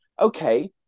okay